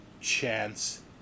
chance